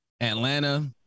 Atlanta